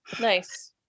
Nice